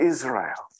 Israel